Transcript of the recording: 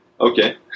okay